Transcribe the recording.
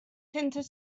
sense